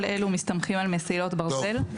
אלו מסתמכים על מסילות ברזל ומשמעותיים.